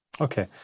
Okay